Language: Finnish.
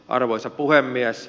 arvoisa puhemies